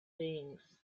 beings